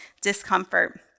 discomfort